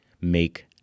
make